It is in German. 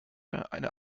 eine